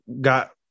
got